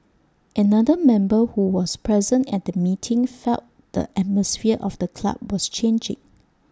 another member who was present at the meeting felt the atmosphere of the club was changing